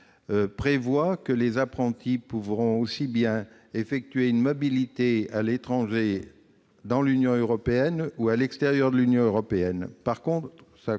prévoit que les apprentis pourront aussi bien effectuer une mobilité à l'étranger, dans l'Union européenne ou à l'extérieur de l'Union européenne.